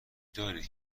دارید